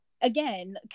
again